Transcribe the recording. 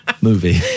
movie